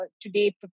today